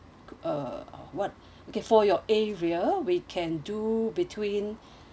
uh what okay for your area we can do between